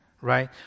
right